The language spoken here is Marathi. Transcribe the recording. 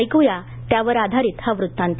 ऐकू या त्यावर आधारित हा वृत्तांत